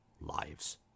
lives